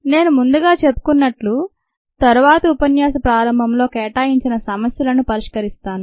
నేను ముందుగా చెప్పుకున్నట్టుగా తరువాతి ఉపన్యాసం ప్రారంభంలో కేటాయించిన సమస్యలను పరిష్కరిస్తాను